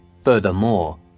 Furthermore